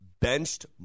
benched